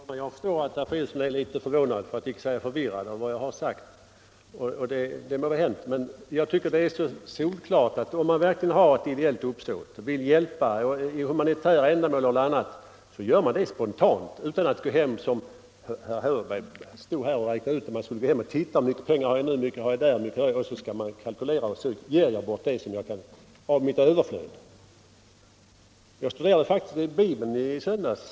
Fru talman! Jag förstår att herr Fridolfsson är förvånad för att inte säga förvirrad över vad jag har sagt, och det må vara hänt. Men jag tycker det är solklart att om man verkligen har ett ideellt uppsåt och vill lämna hjälp till ett humanitärt ändamål eller annat, så gör man det spontant utan att — som herr Hörberg stod här och räknade ut — först gå hem och se efter hur mycket pengar man har här, hur mycket man 131 har där och kalkylera fram vad man kan ge bort av sitt överflöd. Jag studerade faktiskt Bibeln i söndags.